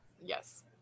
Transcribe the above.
Yes